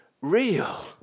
real